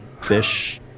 fish